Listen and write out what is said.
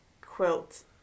quilt